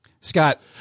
Scott